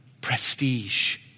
prestige